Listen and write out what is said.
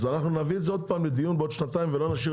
אז אנחנו נביא את זה עוד פעם לדיון בעוד שנתיים ולא נשאיר